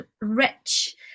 rich